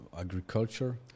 agriculture